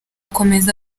akomeza